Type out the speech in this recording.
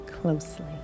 closely